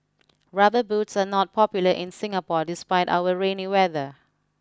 rubber boots are not popular in Singapore despite our rainy weather